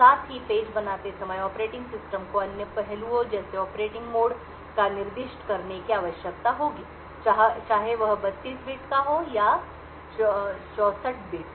साथ ही पेज बनाते समय ऑपरेटिंग सिस्टम को अन्य पहलुओं जैसे ऑपरेटिंग मोड को निर्दिष्ट करने की आवश्यकता होगी चाहे वह 32 बिट हो या 64 बिट्स